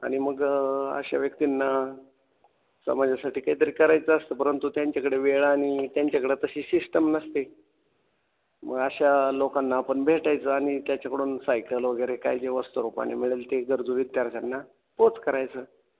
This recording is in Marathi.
आणि मग अशा व्यक्तींना समाजासाठी काहीतरी करायचं असतं परंतु त्यांच्याकडे वेळ आणि त्यांच्याकडं तशी शिश्टम नसते मग अशा लोकांना आपण भेटायचं आणि त्याच्याकडून सायकल वगैरे काय जे वस्तूरूपाने मिळेल ते गरजू विद्यार्थ्यांना पोच करायचं